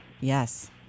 Yes